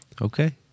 Okay